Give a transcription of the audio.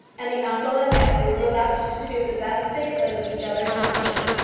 and the uncle and nephew were left to do the best they could with each other's company.